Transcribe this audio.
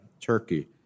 Turkey